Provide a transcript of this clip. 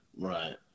Right